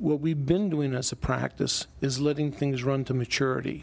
will be been doing as a practice is letting things run to maturity